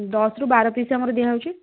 ଦଶରୁ ବାର ପିସ୍ ଆମର ଦିଆ ହେଉଛି